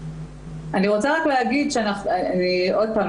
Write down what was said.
עוד פעם.